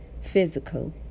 Physical